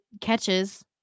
catches